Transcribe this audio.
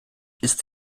ist